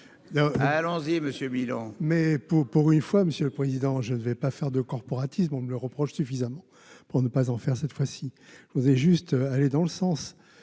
allons-y Monsieur. Mais pour pour une fois, monsieur le président, je ne vais pas faire de corporatisme, on me le reproche suffisamment pour ne pas en faire cette fois-ci, vous avez juste aller dans le sens